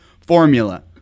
Formula